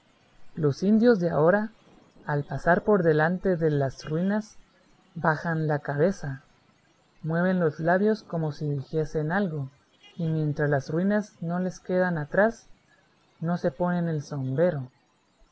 los indios de ahora al pasar por delante de las ruinas bajan la cabeza mueven los labios como si dijesen algo y mientras las ruinas no les quedan atrás no se ponen el sombrero